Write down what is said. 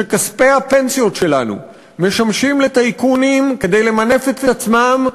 שכספי הפנסיות שלנו משמשים לטייקונים כדי למנף את עצמם,